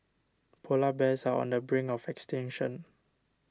Polar Bears are on the brink of extinction